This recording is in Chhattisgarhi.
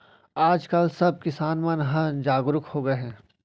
आज काल सब किसान मन ह जागरूक हो गए हे